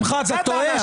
שמחה, אתה טועה.